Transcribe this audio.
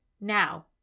now